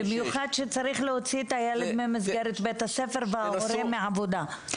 במיוחד שצריך להוציא את הילד ממסגרת בית הספר וההורה מהעבודה,